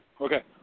Okay